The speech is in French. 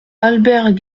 albert